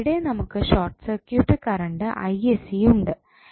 അപ്പോൾ ഇവിടെ നമുക്ക് ഷോർട്ട് സർക്യൂട്ട് കറണ്ട് ഉണ്ട്